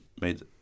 made